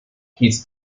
his